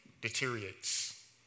deteriorates